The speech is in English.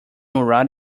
murad